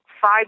five